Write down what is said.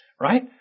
Right